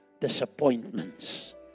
disappointments